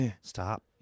Stop